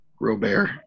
Robert